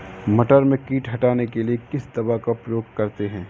मटर में कीट हटाने के लिए किस दवा का प्रयोग करते हैं?